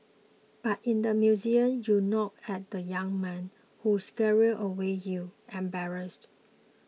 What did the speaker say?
but in the museum you nod at the young man who scurry away you embarrassed